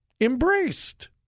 embraced